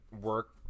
work